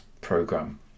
program